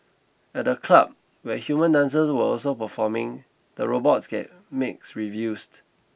at the club where human dancers were also performing the robots got mixed reviews